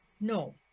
no